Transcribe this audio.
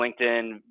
LinkedIn